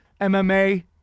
MMA